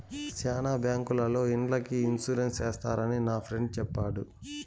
శ్యానా బ్యాంకుల్లో ఇండ్లకి ఇన్సూరెన్స్ చేస్తారని నా ఫ్రెండు చెప్పాడు